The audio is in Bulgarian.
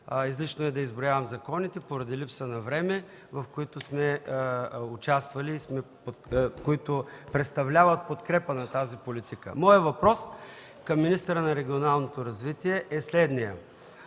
Излишно е да изброявам законите поради липса на време, в които сме участвали и които представляват подкрепа на тази политика. Моят въпрос към министъра на регионалното развитие е следният.